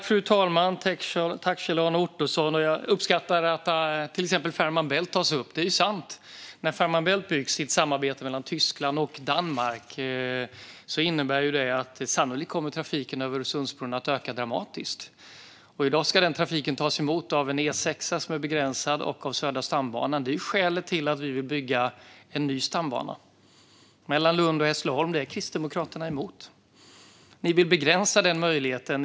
Fru talman och Kjell-Arne Ottosson! Jag uppskattar att till exempel Fehmarn Bält tas upp. Det är sant att när Fehmarn Bält byggs i ett samarbete mellan Tyskland och Danmark innebär det att trafiken över Öresundsbron sannolikt kommer att öka dramatiskt. I dag ska den trafiken tas emot av en E6:a som är begränsad och av Södra stambanan. Det är skälet till att vi vill bygga en ny stambana mellan Lund och Hässleholm. Det är Kristdemokraterna emot. Ni vill begränsa den möjligheten.